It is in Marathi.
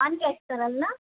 ऑन कॅश कराल ना